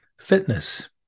fitness